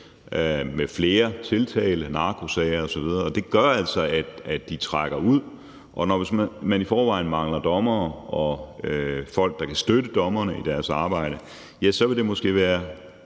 med flere tiltalte, narkosager osv. – og det gør altså, at de trækker ud. Og hvis man i forvejen mangler dommere og folk, der kan støtte dommerne i deres arbejde, ja, så vil det måske være